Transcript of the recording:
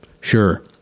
sure